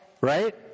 Right